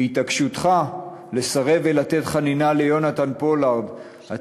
בהתעקשותך לסרב לתת חנינה ליונתן פולארד אתה